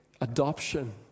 adoption